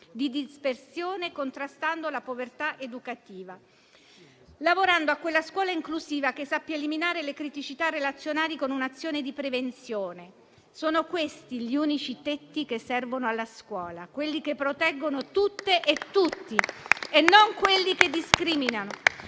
e dispersione, contrastando la povertà educativa e lavorando a una scuola inclusiva, che sappia eliminare le criticità relazionali con un'azione di prevenzione. Sono questi gli unici tetti che servono alla scuola: quelli che proteggono tutte e tutti e non quelli che discriminano.